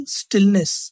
stillness